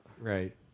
Right